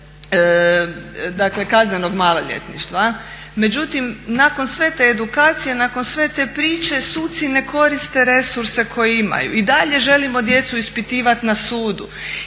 dakle kaznenog maloljetništva. Međutim, nakon sve te edukacije, nakon sve te priče suci ne koriste resurse koje imaju. I dalje želimo djecu ispitivati na sudu,